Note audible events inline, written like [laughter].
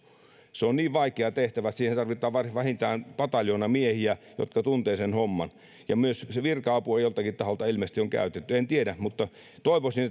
se on niin vaikea tehtävä että siihen tarvitaan vähintään pataljoona miehiä jotka tuntevat sen homman ja myös virka apua joltakin taholta on ilmeisesti käytetty en tiedä mutta toivoisin [unintelligible]